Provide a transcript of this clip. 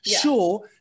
Sure